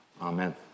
Amen